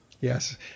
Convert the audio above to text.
Yes